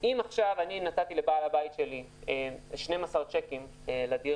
אם עכשיו נתתי לבעל הבית שלי 12 צ'קים לדירה,